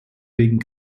wegen